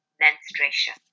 menstruation